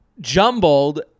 jumbled